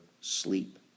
sleep